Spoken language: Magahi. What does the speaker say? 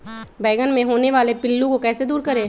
बैंगन मे होने वाले पिल्लू को कैसे दूर करें?